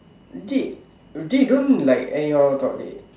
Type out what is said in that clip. dey dey don't like anyhow talk dey